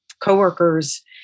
coworkers